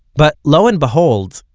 but lo and behold,